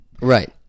Right